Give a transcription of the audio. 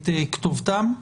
את כתובתם?